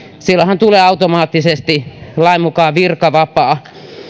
silloinhan tulee automaattisesti lain mukaan virkavapaa